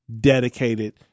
dedicated